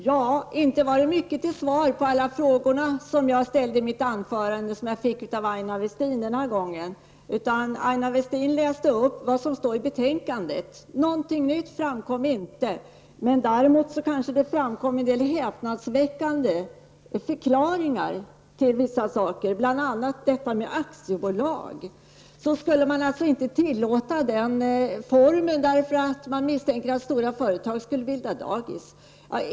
Herr talman! Jag fick inte mycket till svar av Aina Westin på alla de frågor som jag ställde i mitt anförande. Aina Westin läste upp vad som står i betänkandet. Det var inte någonting nytt som framkom, men däremot en del häpnadsväckande förklaringar till vissa saker. Det framkom bl.a. att man inte skulle tillåta aktiebolag därför att man misstänker att stora företag skulle bilda dagis.